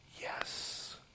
yes